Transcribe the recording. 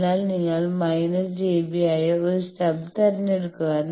അതിനാൽ നിങ്ങൾ − j B ആയ ഒരു സ്റ്റബ് തിരഞ്ഞെടുക്കുക